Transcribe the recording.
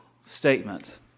statement